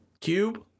Cube